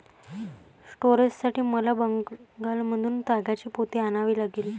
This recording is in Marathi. स्टोरेजसाठी मला बंगालमधून तागाची पोती आणावी लागली